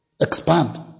expand